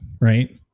right